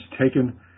taken